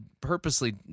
purposely